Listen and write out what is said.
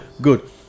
good